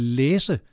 læse